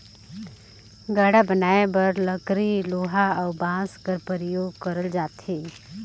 गाड़ा बनाए बर लकरी लोहा अउ बाँस कर परियोग करल जाथे